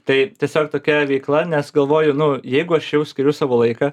tai tiesiog tokia veikla nes galvoju nu jeigu aš jau skiriu savo laiką